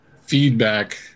feedback